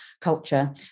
culture